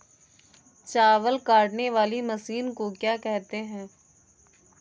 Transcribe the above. चावल काटने वाली मशीन को क्या कहते हैं?